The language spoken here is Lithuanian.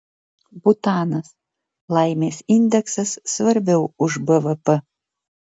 butanas laimės indeksas svarbiau už bvp